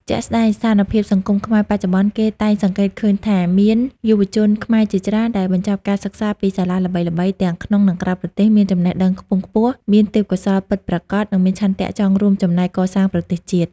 ជាក់ស្តែងស្ថានភាពសង្គមខ្មែរបច្ចុប្បន្ន គេតែងសង្កេតឃើញថា មានយុវជនខ្មែរជាច្រើនដែលបញ្ចប់ការសិក្សាពីសាលាល្បីៗទាំងក្នុង និងក្រៅប្រទេស មានចំណេះដឹងខ្ពង់ខ្ពស់ មានទេពកោសល្យពិតប្រាកដ និងមានឆន្ទៈចង់រួមចំណែកកសាងប្រទេសជាតិ។